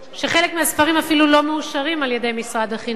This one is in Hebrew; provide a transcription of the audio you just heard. שחלק מהספרים אפילו לא מאושרים על-ידי משרד החינוך.